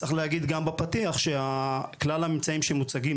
צריך להגיד גם בפתיח שכלל האמצעים שמוצגים